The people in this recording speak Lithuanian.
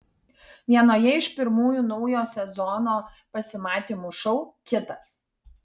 vienoje iš pirmųjų naujo sezono pasimatymų šou kitas